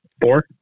Four